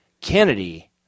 Kennedy